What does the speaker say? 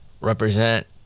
Represent